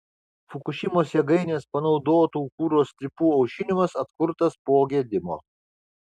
fukušimos jėgainės panaudotų kuro strypų aušinimas atkurtas po gedimo